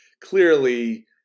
clearly